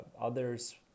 others